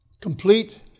complete